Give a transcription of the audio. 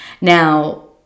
Now